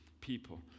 people